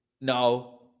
No